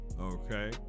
okay